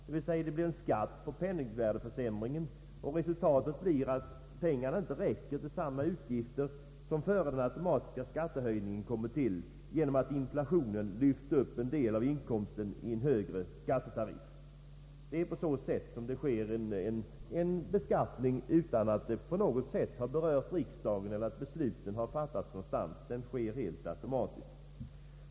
Det blir alltså skatt på penningvärdeförsämringen, och resultatet blir att pengarna inte räcker till samma utgifter som innan den automatiska skattehöjningen kommit till. Det är på så vis det sker en beskattning utan att på något sätt riksdagen eller någon annan beslutsfattande instans berörs. Den sker helt automatiskt.